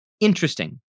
interesting